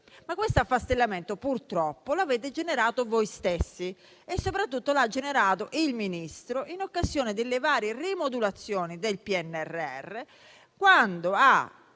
Tale affastellamento, purtroppo, l'avete generato voi stessi e, soprattutto, lo ha generato il Ministro, in occasione delle varie rimodulazioni del PNRR, quando ha